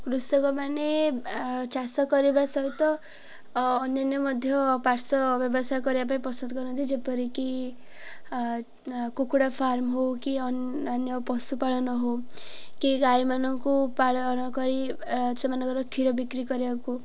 କୃଷକମାନେ ଚାଷ କରିବା ସହିତ ଅନ୍ୟାନ୍ୟ ମଧ୍ୟ ପାର୍ଶ୍ଵ ବ୍ୟବସାୟ କରିବା ପାଇଁ ପସନ୍ଦ କରନ୍ତି ଯେପରିକି କୁକୁଡ଼ା ଫାର୍ମ ହେଉ କି ଅନ୍ୟ ପଶୁପାଳନ ହେଉ କି ଗାଈମାନଙ୍କୁ ପାଳନ କରି ସେମାନଙ୍କର କ୍ଷୀର ବିକ୍ରି କରିବାକୁ